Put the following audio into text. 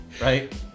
right